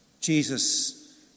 Jesus